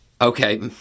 Okay